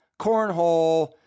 cornhole